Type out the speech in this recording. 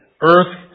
earth